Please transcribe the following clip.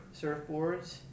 surfboards